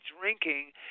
drinking